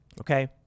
Okay